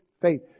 faith